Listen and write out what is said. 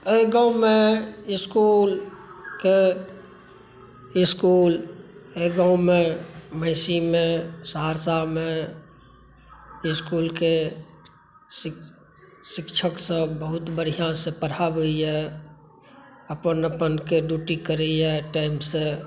एहि गाँवमे इसकुलके इसकुल अइ गाँवमे महिषीमे सहरसामे इसकुलके शिक्षक सब बहुत बढ़िऑंसँ पढाबैए अपन अपन ड्यूटी करैए टाइमसँ